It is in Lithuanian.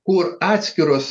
kur atskiros